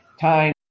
time